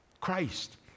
Christ